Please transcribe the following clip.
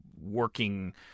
working –